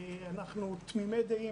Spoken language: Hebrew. אנחנו תמימי דעים,